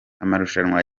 amarushanwa